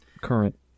current